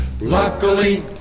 Luckily